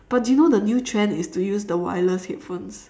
but do you know the new trend is to use the wireless headphones